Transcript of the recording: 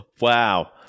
Wow